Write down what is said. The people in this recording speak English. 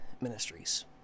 ministries